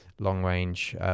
long-range